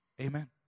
Amen